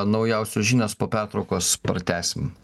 naujausios žinios po pertraukos pratęsim